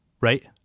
right